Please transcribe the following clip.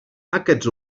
aquests